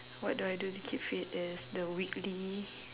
what do I do to keep fit is the weekly